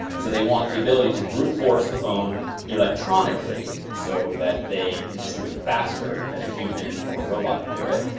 so they want the ability to brute force the phone electronically so that they can just do it faster than a human or a robot could do it.